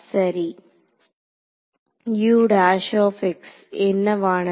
சரி என்னவானது